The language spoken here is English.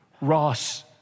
Ross